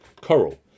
Coral